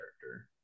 character